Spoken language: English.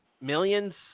millions